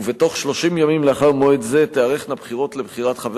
ובתוך 30 ימים לאחר מועד זה תיערכנה בחירות לבחירת חבר